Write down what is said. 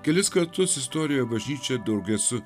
kelis kartus istorijoje bažnyčia drauge su